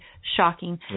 shocking